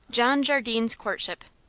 john jardine's courtship